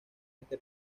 este